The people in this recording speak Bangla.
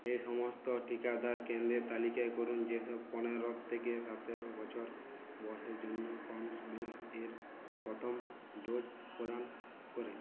এই সমস্ত টিকাদান কেন্দ্রের তালিকা করুন যেসব পনেরো থেকে সতেরো বছর বয়েসের জন্য এর প্রথম ডোজ প্রদান করে